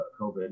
COVID